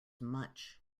much